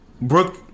Brooke